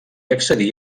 accedí